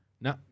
No